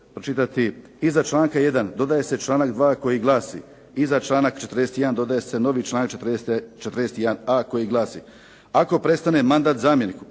Iza članka 1. dodaje se članak 2. koji glasi: "Iza članak 41. dodaje se novi članak 41.a koji glasi: Ako prestane mandat zamjeniku,